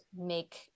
make